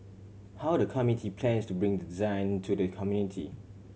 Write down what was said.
how the committee plans to bring design to the community